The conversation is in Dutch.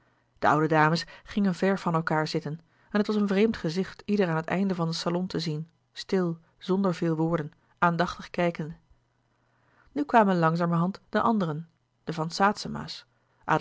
de oude dames gingen ver van elkaâr zitten en het was een vreemd gezicht ieder aan het einde van den salon te zien stil zonder veel woorden aandachtig kijkende nu kwamen langzamerhand de anderen de van